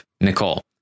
Nicole